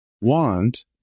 Want